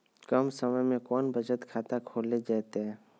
कम समय में कौन बचत खाता खोले जयते?